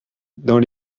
dans